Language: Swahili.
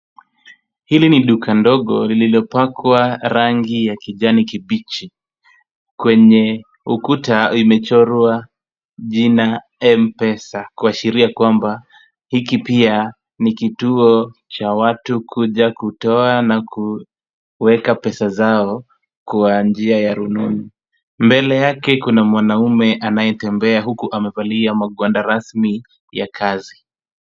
Hili ni duka ndogo lililopakwa rangi ya kijani kibichi. Kwenye ukuta imechorwa jina M-Pesa, kuashiria kwamba hiki pia ni kituo cha watu kuja kutoa na kuweka pesa zao kwa njia ya rununu. Mbele yake kuna mwanamume anayetembea huku amevalia magwanda rasmi ya kazi.